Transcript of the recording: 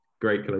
Great